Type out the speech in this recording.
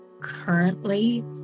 currently